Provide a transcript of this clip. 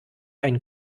ein